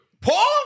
Paul